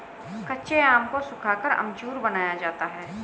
कच्चे आम को सुखाकर अमचूर बनाया जाता है